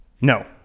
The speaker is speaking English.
no